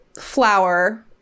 flour